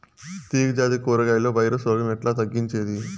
తీగ జాతి కూరగాయల్లో వైరస్ రోగం ఎట్లా తగ్గించేది?